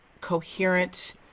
coherent